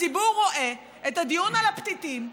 הציבור רואה את הדיון על הפתיתים,